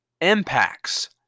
impacts